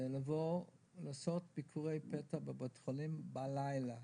לעשות ביקורי פתע בבתי החולים בלילה,